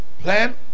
plan